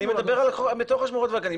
אני מדבר בתוך השמורות והגנים.